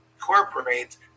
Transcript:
incorporates